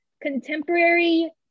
contemporary